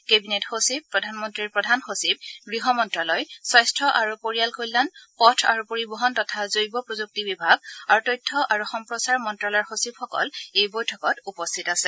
cabinet সচিব প্ৰধানমন্ত্ৰীৰ প্ৰধান সচিব গৃহ মন্ত্যালয় স্বাস্থ্য আৰু পৰিয়াল কল্যাণ পথ আৰু পৰিবহণ তথা জৈৱ প্ৰযুক্তি বিভাগ আৰু তথ্য আৰু সম্প্ৰচাৰ মন্ত্যালয়ৰ সচিবসকল এই বৈঠকত উপস্থিত আছে